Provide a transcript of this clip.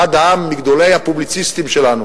אחד העם, מגדולי הפובליציסטים שלנו,